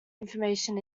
information